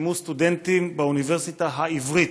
שקיימו סטודנטים באוניברסיטה העברית.